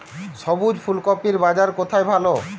সবুজ ফুলকপির বাজার কোথায় ভালো?